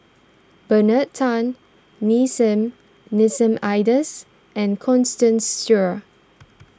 Bernard Tan Nissim Nassim Adis and Constance Sheares